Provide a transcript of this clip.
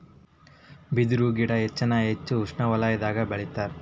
ಬಿದರು ಗಿಡಾ ಹೆಚ್ಚಾನ ಹೆಚ್ಚ ಉಷ್ಣವಲಯದಾಗ ಬೆಳಿತಾರ